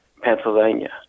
Pennsylvania